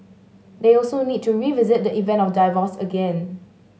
they also need to revisit the event of divorce again